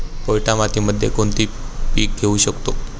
पोयटा मातीमध्ये कोणते पीक घेऊ शकतो?